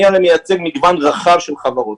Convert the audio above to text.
אני הרי מייצג מגוון רחב של חברות,